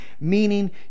meaning